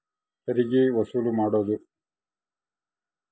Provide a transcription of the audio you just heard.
ತೆರಿಗೆ ವಸೂಲು ಮಾಡೋದು